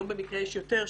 היום במקרה יש יותר,